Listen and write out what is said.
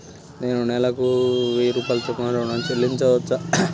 నేను నెలకు వెయ్యి రూపాయల చొప్పున ఋణం ను చెల్లించవచ్చా?